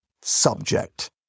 subject